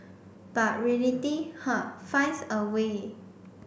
but reality huh finds a way